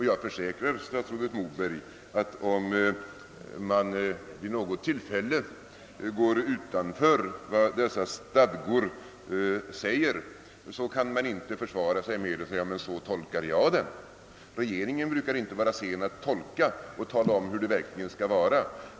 Jag försäkrar statsrådet Moberg att om man vid något tillfälle går utanför vad dessa stadgor föreskriver, så kan man inte försvara sig med att säga: »Så tolkar jag det!» Regeringen brukar inte vara sen att »tolka» och tala om hur det verkligen skall vara!